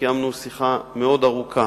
וקיימנו שיחה מאוד ארוכה.